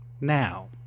Now